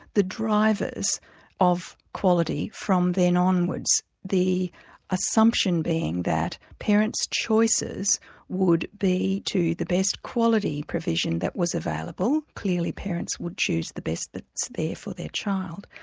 the drivers of quality from then onwards, the assumption being that parents' choices would be to the best quality provision that was available, clearly parents would choose the best that's there for their child,